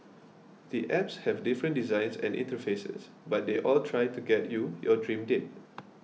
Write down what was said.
the apps have different designs and interfaces but they all try to get you your dream date